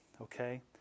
okay